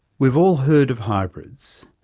we've all heard of hybrids.